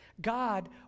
God